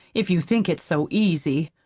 if you think it's so easy.